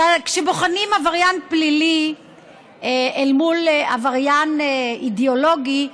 כשבוחנים עבריין פלילי אל מול עבריין אידיאולוגי,